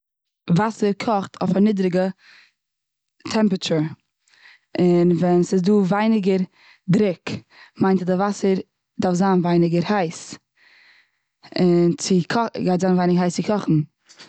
וואסער קאכט אויף א נידריגע טעמפעטור, און ווען ס'איז דא ווייניגער דרוק מיינט אז די וואסער דארף זיין ווייניגער הייס און צו גייט זיין ווייניגער הייס צי קאכן